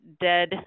dead